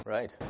Right